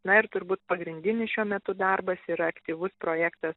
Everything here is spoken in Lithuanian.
na ir turbūt pagrindinis šiuo metu darbas yra aktyvus projektas